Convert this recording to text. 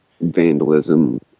vandalism